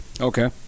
Okay